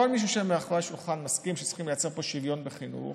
כל מי שיושב מאחורי השולחן מסכים שצריך ליצור פה שוויון בחינוך,